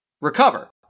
recover